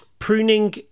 Pruning